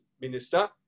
minister